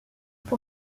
pour